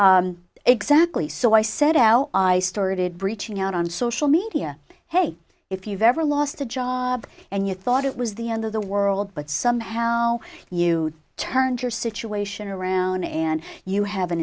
exactly so i set out i started reaching out on social media hey if you've ever lost a job and you thought it was the end of the world but somehow you turned your situation around and you have an